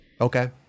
okay